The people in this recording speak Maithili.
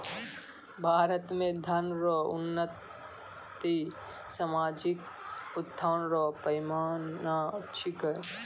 भारत मे धन रो उन्नति सामाजिक उत्थान रो पैमाना छिकै